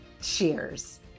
Cheers